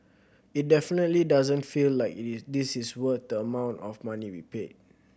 it definitely doesn't feel like it is this is worth the amount of money we paid